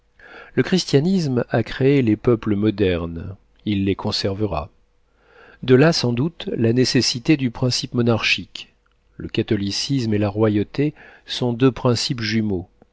le christianisme a créé les peuples modernes il les conservera de là sans doute la nécessité du principe monarchique le catholicisme et la royauté sont deux principes jumeaux